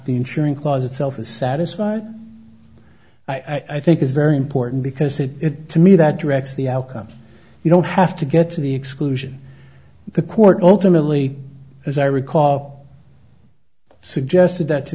the ensuring clause itself is satisfied i think is very important because it it to me that directs the outcome you don't have to get to the exclusion the court ultimately as i recall suggested that to